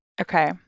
Okay